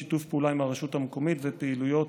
שיתוף פעולה עם הרשות המקומית ופעילויות